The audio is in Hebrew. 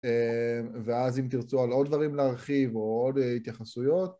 ואז אם תרצו על עוד דברים להרחיב או עוד התייחסויות